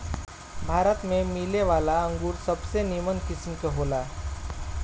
भारत में मिलेवाला अंगूर सबसे निमन किस्म के होला